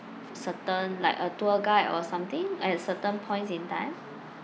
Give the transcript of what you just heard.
certain like a tour guide or something uh at certain points in time